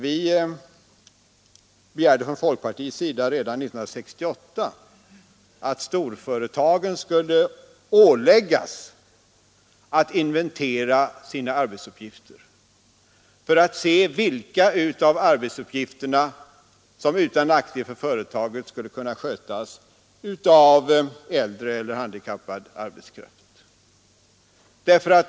Vi begärde från folkpartiet redan 1968 att storföretagen skulle åläggas att inventera sina arbetsuppgifter för att se vilka av dessa som utan nackdel för företaget skulle kunna skötas av äldre eller handikappad arbetskraft.